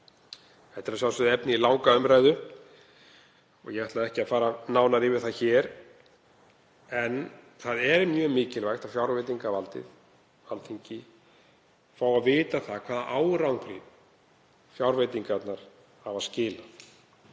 Þetta er að sjálfsögðu efni í langa umræðu. Ég ætla ekki að fara nánar yfir það hér en það er mjög mikilvægt að fjárveitingavaldið, Alþingi, fái að vita hvaða árangri fjárveitingarnar hafa skilað.